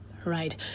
right